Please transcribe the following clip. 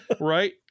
Right